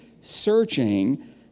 searching